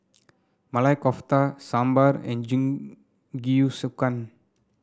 Maili Kofta Sambar and Jingisukan